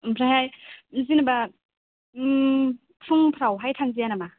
आमफ्रायहाय जेन'बा फुंफ्रावहाय थांजाया नामा